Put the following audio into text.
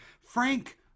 Frank